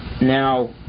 Now